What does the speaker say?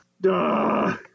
Duh